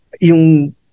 yung